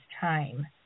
time